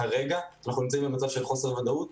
כרגע אנחנו נמצאים במצב של חוסר ודאות,